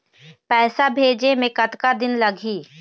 पैसा भेजे मे कतका दिन लगही?